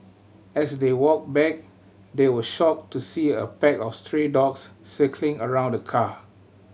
as they walked back they were shocked to see a pack of stray dogs circling around the car